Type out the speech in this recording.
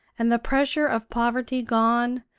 and the pressure of poverty gone,